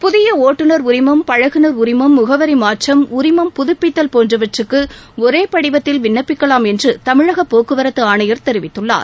புதிய ஒட்டுநர் உரிமம் பழகுனர் உரிமம் முகவரி மாற்றம் உரிமம் புதுபித்தல் போன்றவற்றுக்கு ஒரே படிவத்தில் விண்ணப்பிக்கலாம் என்று தமிழக போக்குவரத்து ஆணையர் தெரிவித்துள்ளார்